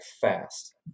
fast